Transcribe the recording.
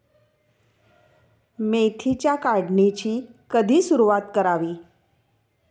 मेथीच्या काढणीची कधी सुरूवात करावी?